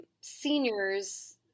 seniors